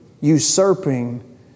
usurping